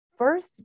First